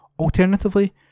Alternatively